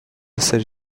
سری